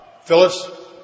Phyllis